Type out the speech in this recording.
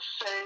say